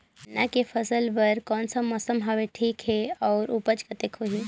गन्ना के फसल बर कोन सा मौसम हवे ठीक हे अउर ऊपज कतेक होही?